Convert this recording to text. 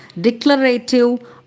declarative